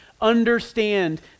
understand